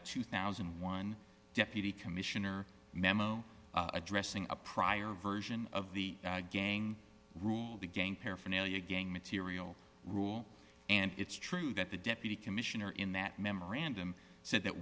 a two thousand and one deputy commissioner memo addressing a prior version of the gang rule the gang paraphernalia gang material rule and it's true that the deputy commissioner in that memorandum said that